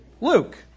Luke